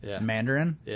Mandarin